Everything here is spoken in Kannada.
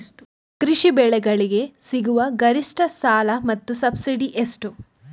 ಕೃಷಿ ಬೆಳೆಗಳಿಗೆ ಸಿಗುವ ಗರಿಷ್ಟ ಸಾಲ ಮತ್ತು ಸಬ್ಸಿಡಿ ಎಷ್ಟು?